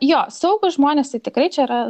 jo saugūs žmonės tai tikrai čia yra